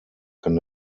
kann